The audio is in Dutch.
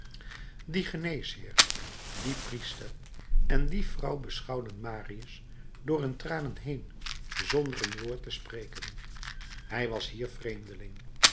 die geneesheer die priester en die vrouw beschouwden marius door hun tranen heên zonder een woord te spreken hij was hier vreemdeling